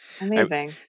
amazing